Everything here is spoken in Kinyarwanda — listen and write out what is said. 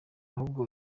ahubwo